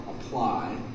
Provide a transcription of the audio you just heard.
apply